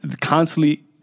constantly